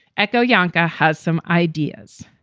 echo yanka has some ideas.